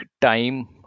time